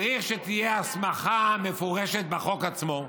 צריך שתהיה הסמכה מפורשת בחוק עצמו.